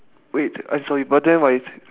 wait I'm sorry but then right